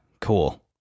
cool